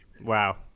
wow